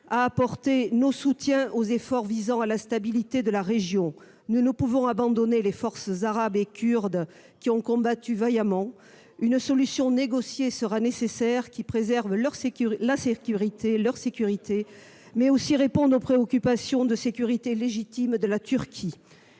d'apporter notre soutien aux efforts menés en faveur de la stabilité de la région. Nous ne pouvons abandonner les forces arabes et kurdes, qui ont combattu vaillamment. Une solution négociée sera nécessaire ; elle devra préserver leur sécurité, mais aussi répondre aux préoccupations de sécurité légitimes de la Turquie.